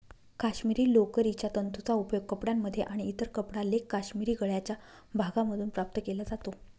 काश्मिरी लोकरीच्या तंतूंचा उपयोग कपड्यांमध्ये आणि इतर कपडा लेख काश्मिरी गळ्याच्या भागातून प्राप्त केला जातो